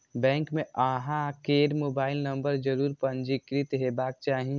bank मे अहां केर मोबाइल नंबर जरूर पंजीकृत हेबाक चाही